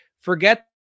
forget